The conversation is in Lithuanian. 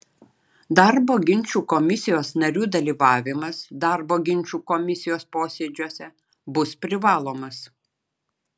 darbo ginčų komisijos narių dalyvavimas darbo ginčų komisijos posėdžiuose bus privalomas